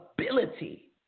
ability